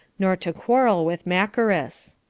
nor to quarrel with macheras.